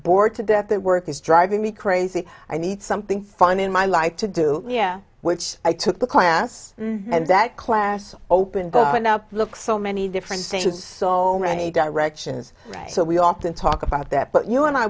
bored to death that work is driving me crazy i need something fun in my life to do yeah which i took the class and that class opened but now look so many different stations so many directions so we often talk about that but you and i